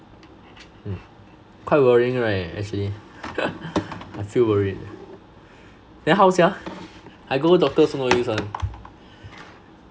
mm quite worrying right actually I feel worried then how sia I go doctor also no use [one]